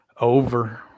Over